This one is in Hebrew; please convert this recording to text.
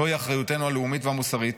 זוהי אחריותנו הלאומית והמוסרית